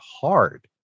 hard